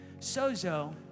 sozo